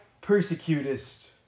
persecutest